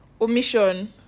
omission